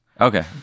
Okay